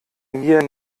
mir